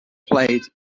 played